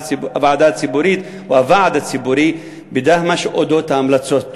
הציבורית או הוועד הציבורי בדהמש על ההמלצות?